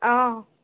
অঁ